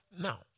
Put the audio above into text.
Now